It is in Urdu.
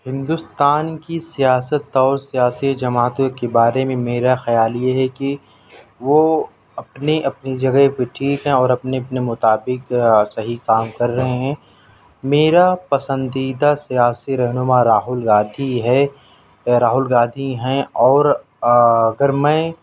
ہندوستان کی سیاست اور سیاسی جماعتوں کے بارے میں میرا خیال یہ ہے کہ وہ اپنی اپنی جگہ پہ ٹھیک ہیں اور اپنے اپنے مطابق صحیح کام کر رہے ہیں میرا پسندیدہ سیاسی رہنما راہل گاندھی ہے راہل گاندھی ہیں اور اگر میں